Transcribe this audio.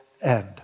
end